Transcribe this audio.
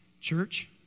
Church